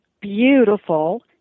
beautiful